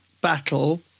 battle